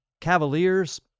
Cavaliers